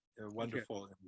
wonderful